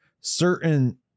certain